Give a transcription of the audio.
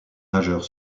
nageur